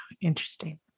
Interesting